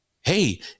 hey